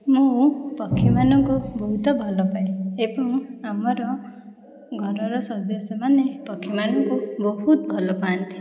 ମୁଁ ପକ୍ଷୀମାନଙ୍କୁ ବହୁତ ଭଲପାଏ ଏବଂ ଆମର ଘରର ସଦସ୍ୟମାନେ ପକ୍ଷୀମାନଙ୍କୁ ବହୁତ ଭଲପାଆନ୍ତି